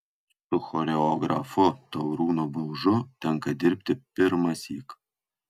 su choreografu taurūnu baužu tenka dirbti pirmąsyk